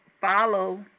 follow